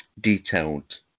detailed